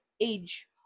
age